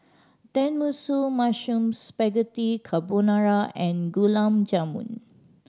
Tenmusu Mushroom Spaghetti Carbonara and Gulab Jamun